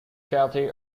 kathie